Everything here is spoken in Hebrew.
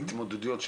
ההתמודדויות שלהם.